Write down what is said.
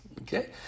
okay